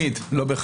לא בהכרח.